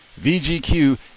VGQ